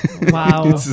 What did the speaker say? Wow